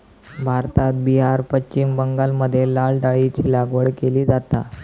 भारतात बिहार, पश्चिम बंगालमध्ये लाल डाळीची लागवड केली जाता